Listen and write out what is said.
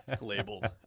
labeled